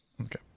Okay